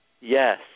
Yes